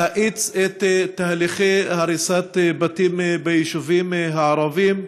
להאיץ את תהליכי הריסת הבתים ביישובים הערביים.